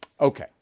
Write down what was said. Okay